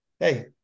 Hey